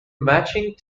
matching